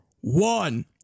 one